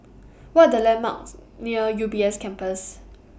What Are The landmarks near U B S Campus